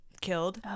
killed